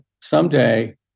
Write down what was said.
someday